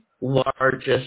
largest